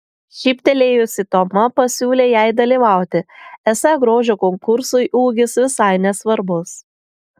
šyptelėjusi toma pasiūlė jai dalyvauti esą grožio konkursui ūgis visai nesvarbus